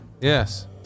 Yes